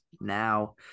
now